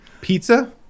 Pizza